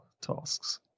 tasks